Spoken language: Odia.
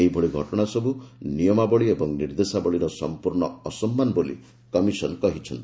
ଏହିଭଳି ଘଟଣାସବୁ ନିୟମାବଳୀ ଏବଂ ନିର୍ଦ୍ଦେଶାବଳୀର ସମ୍ପୁର୍ଣ୍ଣ ଅସମ୍ମାନ ବୋଲି କମିଶନ୍ କହିଚ୍ଛି